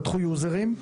פתחו יוזרים,